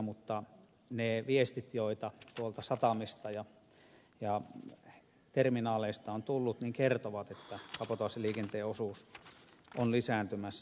mutta ne viestit joita tuolta satamista ja terminaaleista on tullut kertovat että kabotaasiliikenteen osuus on lisääntymässä